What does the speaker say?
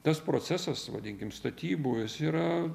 tas procesas vadinkim statybų jis yra